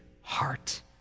heart